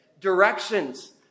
directions